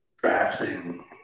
drafting